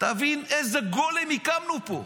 תבין איזה גולם הקמנו פה,